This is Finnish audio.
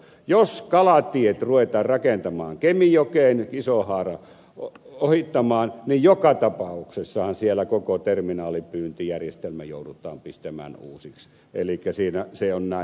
jos kalatiet ruvetaan rakentamaan kemijokeen isohaara ohittamaan niin joka tapauksessahan siellä koko terminaalipyyntijärjestelmä joudutaan pistämään uusiksi elikkä se on näin